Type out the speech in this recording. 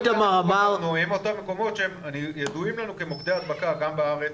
הם אותם מקומות שידועים לנו כמוקדי הדבקה גם בארץ,